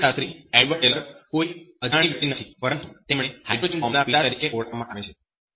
એક ભૌતિકશાસ્ત્રી Edward Teller કોઈ અજાણ વ્યક્તિ નથી પરંતુ તેમને 'હાઈડ્રોજન બોમ્બના પિતા' તરીકે ઓળખવામાં આવે છે